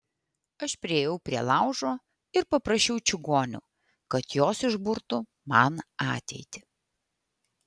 aš priėjau prie laužo ir paprašiau čigonių kad jos išburtų man ateitį